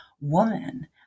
woman